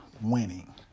winning